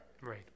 Right